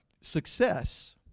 Success